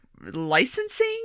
licensing